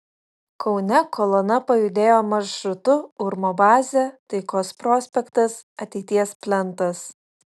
kaune kolona pajudėjo maršrutu urmo bazė taikos prospektas ateities plentas